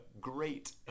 great